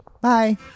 Bye